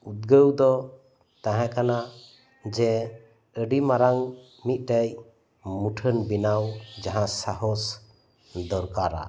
ᱩᱫᱽᱜᱟᱹᱣ ᱫᱚ ᱛᱟᱦᱮᱸ ᱠᱟᱱᱟ ᱡᱮᱹ ᱟᱰᱤ ᱢᱟᱨᱟᱝ ᱢᱤᱫ ᱴᱮᱱ ᱢᱩᱴᱷᱟᱹᱱ ᱵᱮᱱᱟᱣ ᱡᱟᱦᱟᱸ ᱥᱟᱦᱚᱥ ᱫᱚᱨᱠᱟᱨᱟ